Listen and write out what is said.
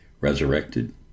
resurrected